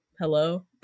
hello